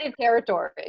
territory